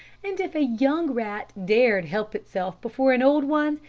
and if a young rat dared help itself before an old one,